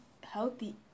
healthy